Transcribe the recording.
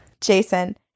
Jason